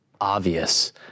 obvious